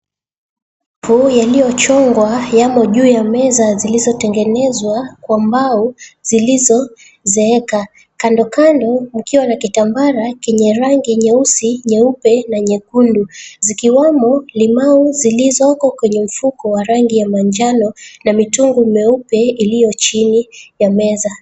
...Yaliyochongwa yako juu ya meza zilizotengenezwa kwa mbao zilizozeeka kandokando mkiwa na kitambara kenye rangi nyeusi, nyeupe na nyekundu zikiwamo limau zilizoko kwenye mfuko wenye rangi ya manjano na mitungu meupe iliyo chini ya meza.